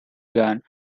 gun